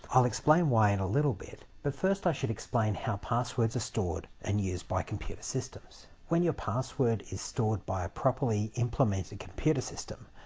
i'll explain why in a little bit but first i should explain how passwords are stored and used by computer systems. when your password is stored by a properly implemented computer system,